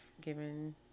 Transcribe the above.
given